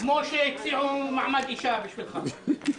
כמו שהציעו מעמד אישה בשבילך.